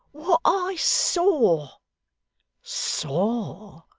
what i saw saw!